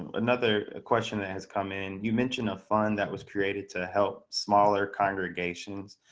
another question that has come in. you mentioned a fun that was created to help smaller congregations.